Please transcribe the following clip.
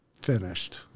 finished